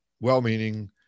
well-meaning